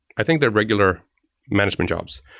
i think they are regular management jobs.